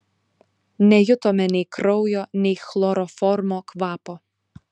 nejutome nei kraujo nei chloroformo kvapo